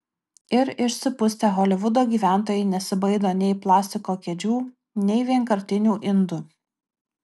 ir išsipustę holivudo gyventojai nesibaido nei plastiko kėdžių nei vienkartinių indų